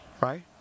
Right